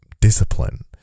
discipline